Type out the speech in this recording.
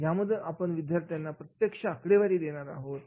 यामधून आपण विद्यार्थ्यांना प्रत्यक्ष आकडेवारी देणार आहोत